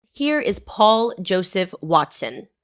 here is paul joseph watson